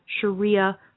Sharia